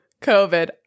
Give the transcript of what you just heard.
COVID